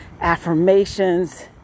affirmations